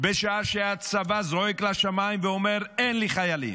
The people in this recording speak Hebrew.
בשעה שהצבא זועק לשמיים ואומר: אין לי חיילים,